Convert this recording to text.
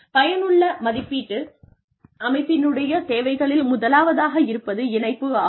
பயனுள்ள மதிப்பீட்டு அமைப்பினுடைய தேவைகளில் முதலாவதாக இருப்பது இணைப்பு ஆகும்